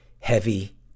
heavy